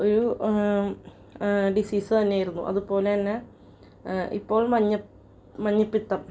ഒരു ഡിസീസ് തന്നെയായിരുന്നു അതുപോലെ തന്നെ ഇപ്പോൾ മഞ്ഞപ്പ് മഞ്ഞപ്പിത്തം